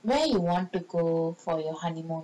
where you want to go for your honeymoon